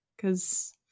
Cause